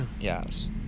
Yes